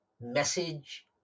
message